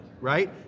right